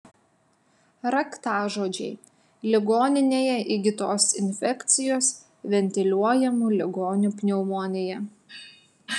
raktažodžiai ligoninėje įgytos infekcijos ventiliuojamų ligonių pneumonija